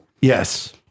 Yes